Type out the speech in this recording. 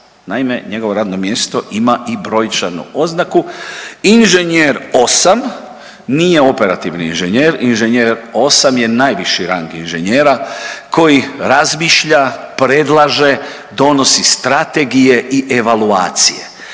Naime, njegovo radno mjesto ima i brojčanu oznaku, inženjer osam nije operativni inženjer, inženjer osam je najviši rang inženjera koji razmišlja, predlaže, donosi strategije i evaluacije,